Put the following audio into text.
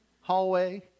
hallway